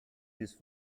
this